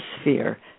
sphere